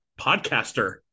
podcaster